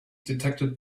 detected